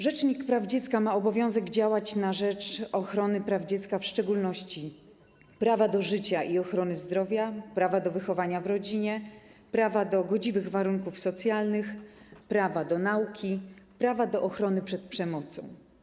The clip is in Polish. Rzecznik praw dziecka ma obowiązek działać na rzecz ochrony praw dziecka, w szczególności prawa do życia i ochrony zdrowia, prawa do wychowania w rodzinie, prawa do godziwych warunków socjalnych, prawa do nauki, prawa do ochrony przed przemocą.